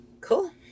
Cool